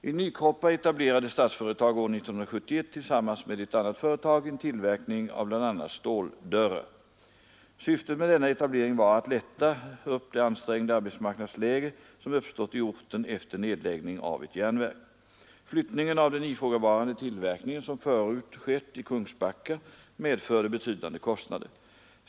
I Nykroppa etablerade Statsföretag år 1971 tillsammans med ett annat företag en tillverkning av bl.a. ståldörrar. Syftet med denna etablering var att lätta upp det ansträngda arbetsmarknadsläge som uppstått i orten efter nedläggning av ett järnverk. Flyttningen av den ifrågavarande tillverkningen, som förut skett i Kungsbacka, medförde betydande kostnader.